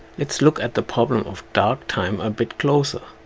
lets look at the problem of dark time a bit closer.